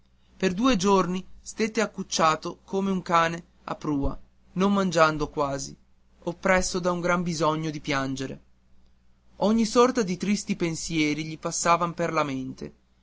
per due giorni stette accucciato come un cane a prua non mangiando quasi oppresso da un gran bisogno di piangere ogni sorta di tristi pensieri gli passava per la mente